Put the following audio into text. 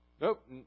Nope